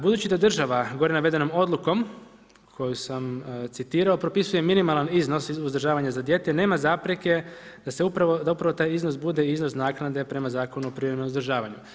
Budući da država gore navedenom odlukom koju sam citirao propisuje minimalan iznos uzdržavanja za dijete, nema zapreke da upravo taj iznos bude iznos naknade prema Zakonu o privremenom uzdržavanju.